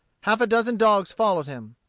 half a dozen dogs followed him.